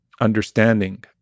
understanding